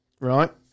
right